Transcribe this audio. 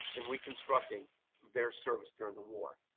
in reconstructing their service, during the war.